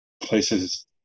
places